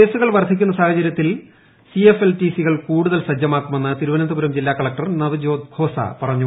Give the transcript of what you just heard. കേസുകൾ വർധിക്കുന്ന സാഹചര്യത്തിൽ C F L T C കൾ കൂടുതൽ സജ്ജമാക്കും എന്ന് തിരുവനന്തപുരം ജില്ലാ കളക്ടർ നവ്ജ്യോത് ഖോസ പറഞ്ഞു